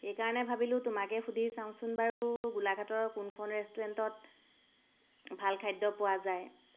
এইকাৰণে ভাবিলোঁ তোমাকে সুধি চাওঁচোন বাৰু গোলাঘাটৰ কোনখন ৰেষ্টুৰেণ্টত ভাল খাদ্য পোৱা যায়